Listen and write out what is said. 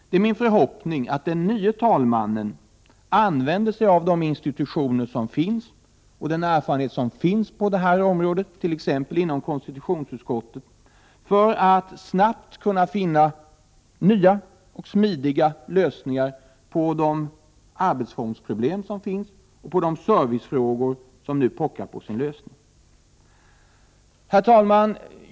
Det är min förhoppning att den nya talmannen använder de institutioner och den erfarenhet som finns på det här området, t.ex. inom konstitutionsutskottet, för att snabbt finna nya och smidiga lösningar på det arbetsformsproblem som finns och när det gäller de servicefrågor som pockar på sin lösning. Herr talman!